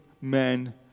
men